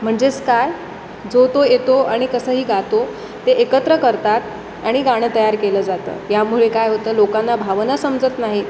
म्हणजेच काय जो तो येतो आणि कसंही गातो ते एकत्र करतात आणि गाणं तयार केलं जातं यामुळे काय होतं लोकांना भावना समजत नाहीत